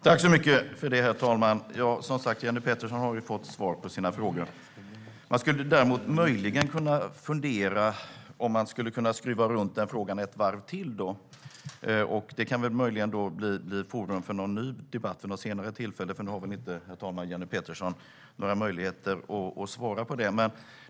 Herr talman! Jenny Petersson har som sagt fått svar på sina frågor. Man kan möjligen fundera på om man skulle kunna skruva frågan ett varv till. Det kan möjligen bli föremål för en ny debatt vid något senare tillfälle, för nu har väl inte Jenny Petersson några möjligheter att svara på det.